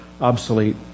obsolete